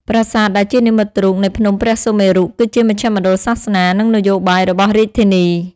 ប្រាសាទដែលជានិមិត្តរូបនៃភ្នំព្រះសុមេរុ គឺជាមជ្ឈមណ្ឌលសាសនា និងនយោបាយរបស់រាជធានី។